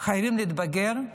חייבים להתבגר.